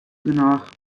genôch